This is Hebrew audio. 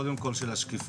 קודם כול של השקיפות,